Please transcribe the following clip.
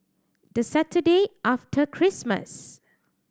the Saturday after Christmas